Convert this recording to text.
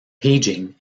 paging